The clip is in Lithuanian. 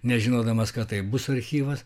nežinodamas kad tai bus archyvas